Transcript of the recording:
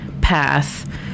path